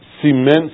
cements